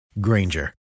Granger